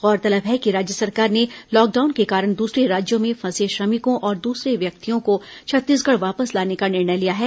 गौरतलब है कि राज्य सरकार ने लॉकडाउन के कारण दूसरे राज्यों में फंसे श्रमिकों और दूसरे व्यक्तियों को छत्तीसगढ़ वापस लाने का निर्णय लिया है